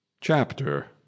Chapter